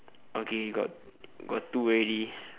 okay got got two already